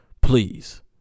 please